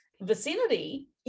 vicinity